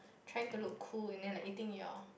trying to look cool and then like eating you know